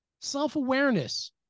Self-awareness